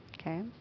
okay